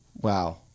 Wow